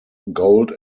gold